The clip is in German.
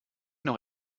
noch